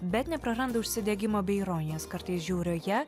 bet nepraranda užsidegimo bei ironijos kartais žiaurioje